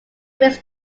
mix